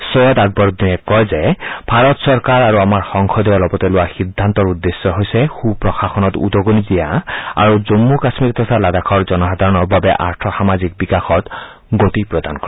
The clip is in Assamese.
চৈয়দ আকৰউদ্দিনে কয় যে ভাৰত চৰকাৰ আৰু আমাৰ সংসদে অলপতে লোৱা সিদ্ধান্তৰ উদ্দেশ্য হৈছে সুপ্ৰশাসনক উদগনি দিয়া আৰু জম্মু কাম্মীৰ তথা লাডাখৰ জনসাধাৰণৰ বাবে আৰ্থসামাজিক বিকাশত গতি প্ৰদান কৰা